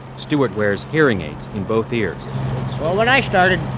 stuart wears hearing aids in both ears well, when i started,